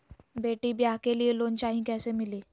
बेटी ब्याह के लिए लोन चाही, कैसे मिली?